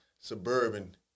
suburban